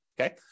Okay